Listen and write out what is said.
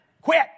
Quit